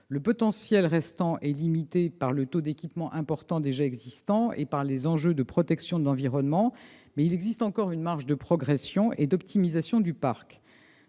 Le potentiel restant est limité par le taux d'équipement, déjà élevé, et par les enjeux de protection de l'environnement, mais il existe encore une marge de progression et d'optimisation du parc.